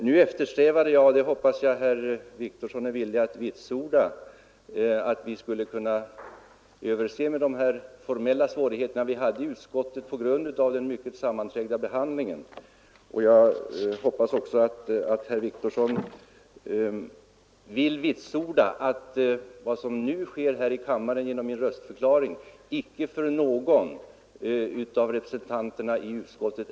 Jag eftersträvade — och det hoppas jag att herr Wictorsson är villig att vitsorda — att vi skulle överse med de formella svårigheter vi hade i utskottet på grund av den mycket sammanträngda behandlingen av ärendet. Jag hoppas att herr Wictorsson även vill vitsorda att min röstförklaring här i kammaren icke är en överraskning för någon av representanterna i utskottet.